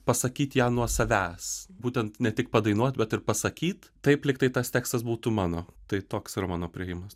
pasakyt ją nuo savęs būtent ne tik padainuot bet ir pasakyt taip lyg tai tas tekstas būtų mano tai toks yra mano priėjimas